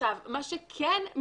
מה שכן,